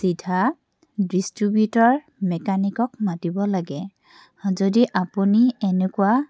চিধা ডিষ্ট্ৰিব্যুটৰ মেকানিকক মাতিব লাগে যদি আপুনি এনেকুৱা